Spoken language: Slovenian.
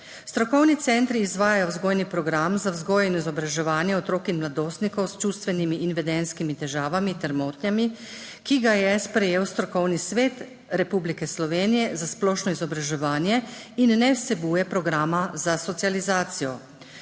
Strokovni centri izvajajo vzgojni program za vzgojo in izobraževanje otrok in mladostnikov s čustvenimi in vedenjskimi težavami ter motnjami, ki ga je sprejel Strokovni svet Republike Slovenije za splošno izobraževanje, in ne vsebuje programa za socializacijo.